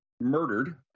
murdered